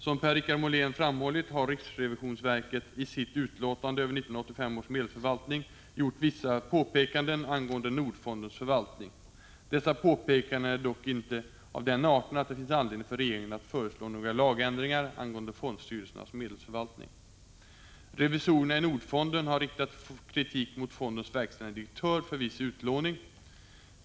Som Per-Richard Molén framhållit har riksrevisionsverket i sitt utlåtande över 1985 års medelsförvaltning gjort vissa påpekanden angående Nordfondens förvaltning. Dessa påpekanden är dock inte av den arten att det finns anledning för regeringen att föreslå några lagändringar angående fondstyrelsernas medelsförvaltning. Revisorerna i Nordfonden har riktat kritik mot fondens verkställande direktör för viss utlåning.